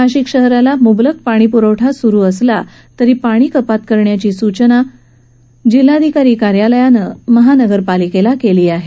नाशिक शहराला मुबलक पाणी पुरवठा सुरू असला तरी पाणी कपात करण्याची सूचना जिल्हाधिकारी कार्यलयानं महापालिकेला केली आहे